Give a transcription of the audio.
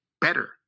better